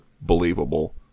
believable